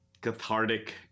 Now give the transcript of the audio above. cathartic